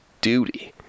duty